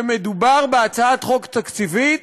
שמדובר בהצעת חוק תקציבית,